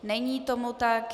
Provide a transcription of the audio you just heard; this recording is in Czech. Není tomu tak.